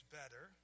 better